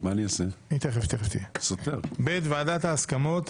ב.ועדת ההסכמות